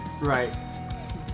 Right